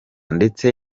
ndetse